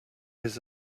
his